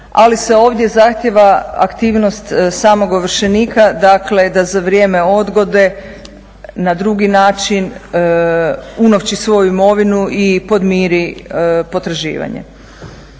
Ali se ovdje zahtijeva aktivnost samog ovršenika, dakle da za vrijeme odgode na drugi način unovči svoju imovinu i podmiri potraživanje.